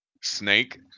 Snake